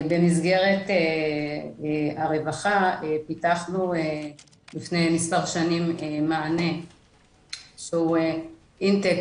במסגרת הרווחה פיתחנו לפני מספר שנים מענה שהוא אינטק